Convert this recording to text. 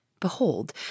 Behold